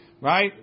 Right